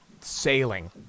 sailing